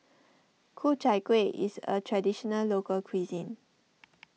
Ku Chai Kueh is a Traditional Local Cuisine